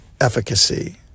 efficacy